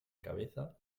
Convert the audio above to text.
cabeza